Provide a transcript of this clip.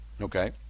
Okay